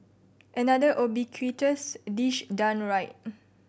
another ubiquitous dish done right